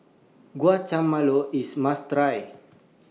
Guacamole IS must Try